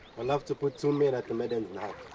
i'll have to put two men at the madam's